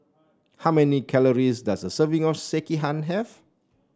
how many calories does a serving of Sekihan have